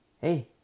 hey